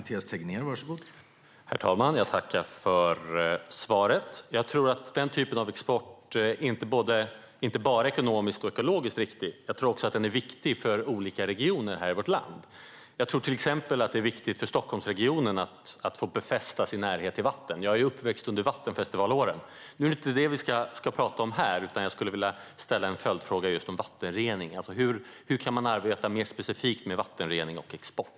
Herr talman! Jag tackar för svaret! Jag tror att den typen av export inte bara är ekonomiskt och ekologiskt riktig utan också viktig för olika regioner i vårt land. Jag är uppväxt under Vattenfestivalåren, och jag tror till exempel att det är viktigt för Stockholmsregionen att få befästa sin närhet till vatten. Nu är det inte det vi ska prata om här, utan jag skulle vilja ställa en följdfråga just om vattenrening. Hur kan man arbeta mer specifikt med vattenrening och export?